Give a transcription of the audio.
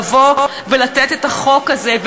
לבוא ולחוקק את החוק הזה.